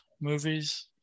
movies